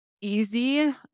easy